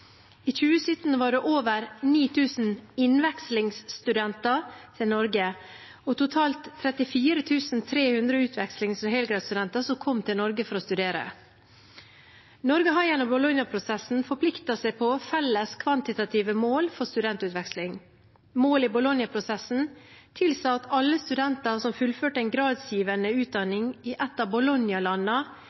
I 2017 var det over 9 000 innvekslingsstudenter til Norge og totalt 34 300 utvekslings- og helgradsstudenter som kom til Norge for å studere. Norge har gjennom Bologna-prosessen forpliktet seg til felles kvantitative mål for studentutveksling. Målet i Bologna-prosessen tilsa at alle studenter som fullførte en gradsgivende utdanning i et av